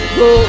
go